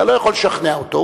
אתה לא יכול לשכנע אותו.